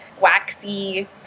waxy